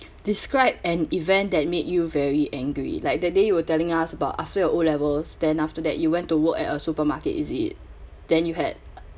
describe an event that made you very angry like that day you were telling us about after your o levels then after that you went to work at a supermarket is it then you had